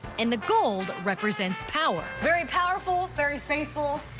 and the gold represents power. very powerful, very faithful.